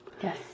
Yes